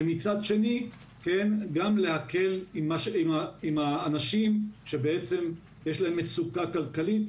ומצד שני גם להקל עם האנשים שבעצם יש להם מצוקה כלכלית,